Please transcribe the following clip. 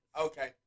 Okay